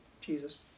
Jesus